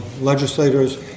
legislators